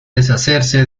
deshacerse